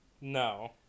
No